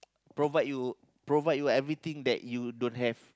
provide you provide you everything that you don't have